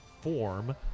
form